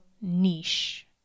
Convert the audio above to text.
niche